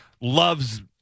loves